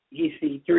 EC3